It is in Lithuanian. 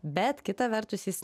bet kita vertus jis